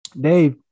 dave